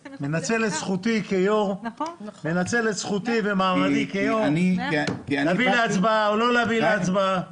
אני מנצל את זכותי ומעמדי כיו"ר להביא להצבעה או לא להביא להצבעה.